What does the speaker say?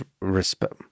respect